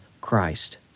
Christ